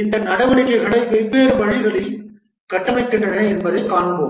இந்த நடவடிக்கைகளை வெவ்வேறு வழிகளில் கட்டமைக்கின்றன என்பதைக் காண்போம்